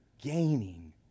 gaining